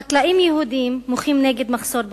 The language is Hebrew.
חקלאים יהודים מוחים על מחסור בעובדים.